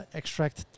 extract